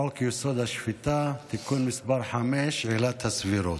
חוק-יסוד: השפיטה, תיקון מס' 5, עילת הסבירות.